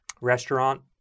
restaurant